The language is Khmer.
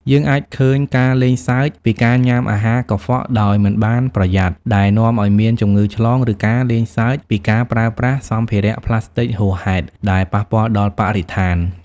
យើងអាចឃើញការលេងសើចពីការញ៉ាំអាហារកខ្វក់ដោយមិនបានប្រយ័ត្ន ដែលនាំឲ្យមានជំងឺឆ្លង ឬការលេងសើចពីការប្រើប្រាស់សម្ភារប្លាស្ទិកហួសហេតុ ដែលប៉ះពាល់ដល់បរិស្ថាន។